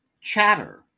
Chatter